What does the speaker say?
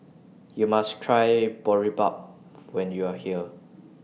YOU must Try Boribap when YOU Are here